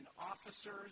officers